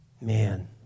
man